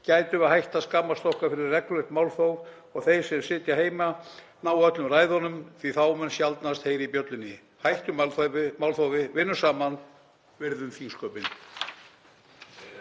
gætum við hætt að skammast okkar fyrir reglulegt málþóf og þeir sem sitja heima ná öllum ræðunum því að þá mun sjaldnar heyrast í bjöllunni. Hættum málþófi. Vinnum saman. Virðum þingsköpin.